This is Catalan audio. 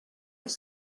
els